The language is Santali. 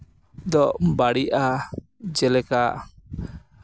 ᱫᱚ ᱵᱟᱹᱲᱤᱡᱼᱟ ᱡᱮᱞᱮᱠᱟ